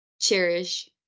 cherish